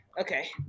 okay